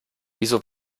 wieso